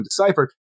deciphered